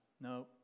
No